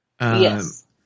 Yes